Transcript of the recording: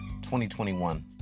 2021